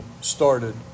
started